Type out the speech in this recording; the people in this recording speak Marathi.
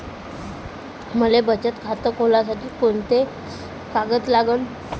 मले बचत खातं खोलासाठी कोंते कागद लागन?